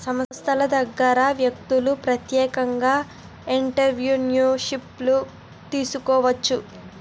సంస్థల దగ్గర వ్యక్తులు ప్రత్యేకంగా ఎంటర్ప్రిన్యూర్షిప్ను తీసుకోవచ్చు